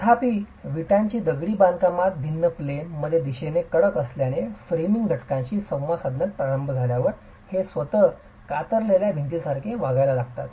तथापि विटाची दगडी बांधकामात भिंत प्लेन मध्ये दिशेने कडक असल्याने फ्रेमिंग घटकांशी संवाद साधण्यास प्रारंभ झाल्यावर हे स्वतः कातरलेल्या भिंतीसारखे वागायला लावतात